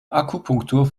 akupunktur